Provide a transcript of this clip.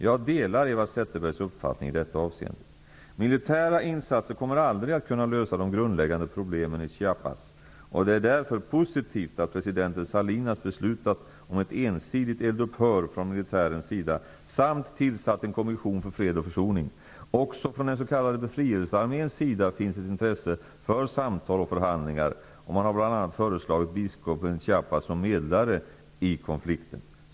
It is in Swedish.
Jag delar Eva Zetterbergs uppfattning i detta avseende. Militära insatser kommer aldrig att kunna lösa de grundläggande problemen i Chiapas, och det är därför positivt att president Salinas har beslutat om ett ensidigt eldupphör från militärens sida samt tillsatt en kommission för fred och försoning. Också från den s.k. befrielsearméns sida finns ett intresse för samtal och förhandlingar, och man har bl.a. föreslagit biskopen i Chiapas som medlare i konflikten.